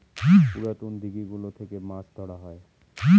পুরাতন দিঘি গুলো থেকে মাছ ধরা হয়